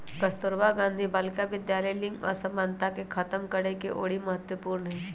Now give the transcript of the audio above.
कस्तूरबा गांधी बालिका विद्यालय लिंग असमानता के खतम करेके ओरी महत्वपूर्ण हई